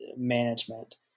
Management